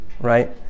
Right